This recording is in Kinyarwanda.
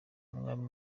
umwami